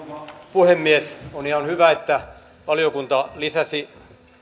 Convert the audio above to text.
puhemies on ihan hyvä että valiokunta lisäsi